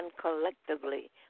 collectively